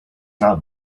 not